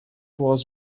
was